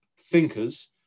thinkers